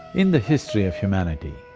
in the history of humanity,